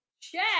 Check